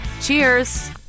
Cheers